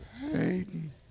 Hayden